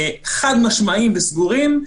חד משמעיים וסגורים,